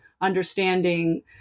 understanding